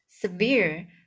Severe